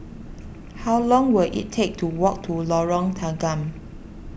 how long will it take to walk to Lorong Tanggam